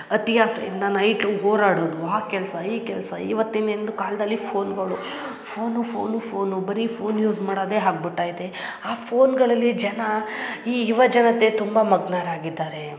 ಅತಿ ಆಸೆಯಿಂದ ನೈಟು ಹೋರಾಡುವುದು ಆ ಕೆಲಸ ಈ ಕೆಲಸ ಇವತ್ತಿನಿಂದ ಕಾಲದಲ್ಲಿ ಫೋನ್ಗಳು ಫೋನು ಫೋನು ಫೋನು ಬರೀ ಫೋನ್ ಯೂಸ್ ಮಾಡೋದೇ ಆಗ್ಬಿಟ್ಟೈತೆ ಆ ಫೋನ್ಗಳಲ್ಲಿ ಜನ ಈ ಯುವ ಜನತೆ ತುಂಬ ಮಗ್ನರಾಗಿದ್ದಾರೆ